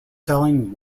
selling